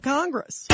Congress